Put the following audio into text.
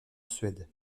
suède